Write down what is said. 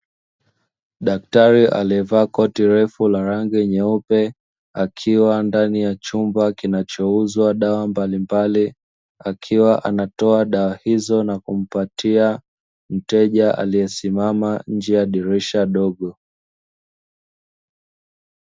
Daktari aliyevaa koti refu la rangi nyeupe, akiwa ndani ya chumba kinachouzwa dawa mbalimbali, akiwa anatoa dawa hizo na kumpatia mteja aliyesimama nje ya dirisha dogo.